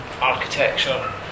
architecture